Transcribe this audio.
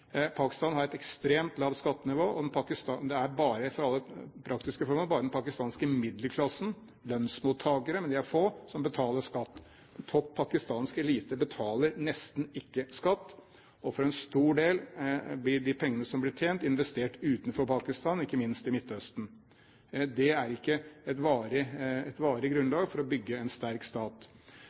Pakistan har et ekstremt lavt skattenivå, og det er, for alle praktiske formål, bare den pakistanske middelklassen – lønnsmottakere, men de er få – som betaler skatt. Topp pakistansk elite betaler nesten ikke skatt, og for en stor del blir de pengene som blir tjent, investert utenfor Pakistan, ikke minst i Midtøsten. Det er ikke et varig grunnlag for å bygge en sterk stat.